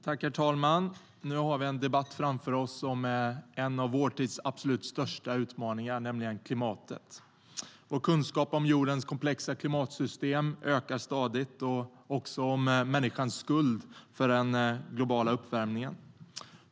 Herr talman! Nu har vi en debatt framför oss om en av vår tids absolut största utmaningar, nämligen klimatet. Vår kunskap om jordens komplexa klimatsystem ökar stadigt, liksom om människans skuld till den globala uppvärmningen.